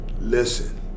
listen